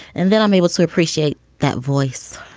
and then i'm able to appreciate that voice.